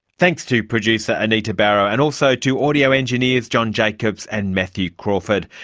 thanks to producer anita barraud, and also to audio engineers john jacobs and matthew crawford.